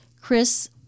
Chris